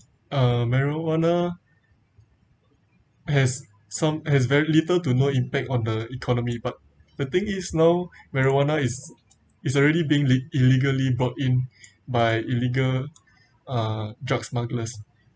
uh marijuana has some has very little to no impact on the economy but the thing is now marijuana is is already being leg~ illegally brought in by illegal uh drug smugglers